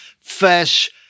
fish